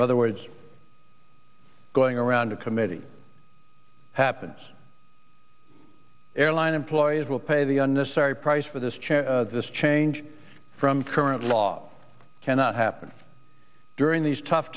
other words going around a committee happens airline employees will pay the unnecessary price for this chance this change from current law cannot happen during these tough